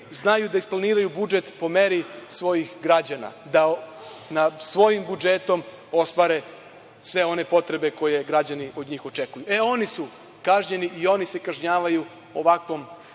znaju da isplaniraju budžet po meri svojih građana, da nad svojim budžetom ostvare sve one potrebe koje građani od njih očekuju. Oni su kažnjeni i oni se kažnjavaju ovakvom